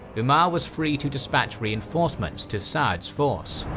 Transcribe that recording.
umar was free to dispatch reinforcements to sa'd's force.